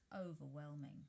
overwhelming